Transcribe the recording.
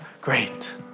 great